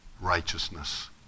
righteousness